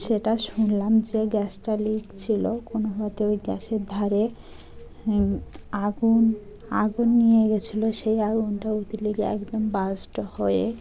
সেটা শুনলাম যে গ্যাসটা লিক ছিল কোনোভাবে ওই গ্যাসের ধারে আগুন আগুন নিয়ে গেছিলো সেই আগুনটা লেগে একদম বাস্ট হয়ে